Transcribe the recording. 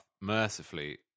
mercifully